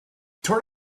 turn